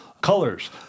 colors